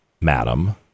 madam